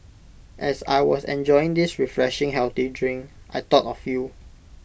as I was enjoying this refreshing healthy drink I thought of you